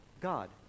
God